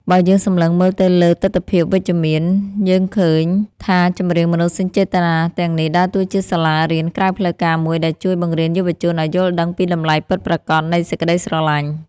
បើយើងសម្លឹងមើលទៅលើទិដ្ឋភាពវិជ្ជមាន យើងឃើញថាចម្រៀងមនោសញ្ចេតនាទាំងនេះ ដើរតួជាសាលារៀនក្រៅផ្លូវការមួយដែលជួយបង្រៀនយុវជនឱ្យយល់ដឹងពីតម្លៃពិតប្រាកដនៃសេចក្ដីស្រឡាញ់។